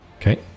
Okay